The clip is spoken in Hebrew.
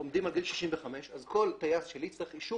עומדים על גיל 65 אז כל טייס שלי יצטרך אישור